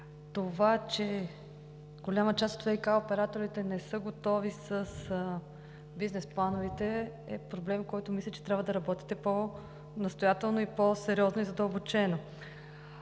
Това, че голяма част от ВиК операторите не са готови с бизнес плановете е проблем, по който мисля, че трябва да работите по настоятелно и по-сериозно и задълбочено.